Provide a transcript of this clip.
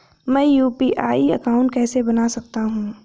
मैं UPI account कैसे बना सकता हूं?